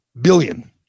billion